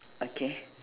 okay